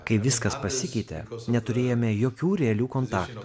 kai viskas pasikeitė neturėjome jokių realių kontaktų